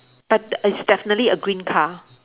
but it's definitely a green car